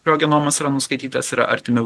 kurio genomas yra nuskaitytas yra artimiau